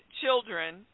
children